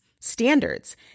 standards